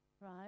right